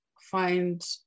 find